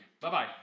Bye-bye